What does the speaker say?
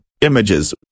images